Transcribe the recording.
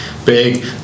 big